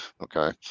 Okay